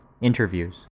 interviews